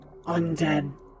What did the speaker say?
Undead